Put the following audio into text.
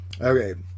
okay